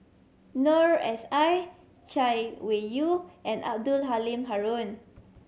Noor S I Chay Weng Yew and Abdul Halim Haron